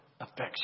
affection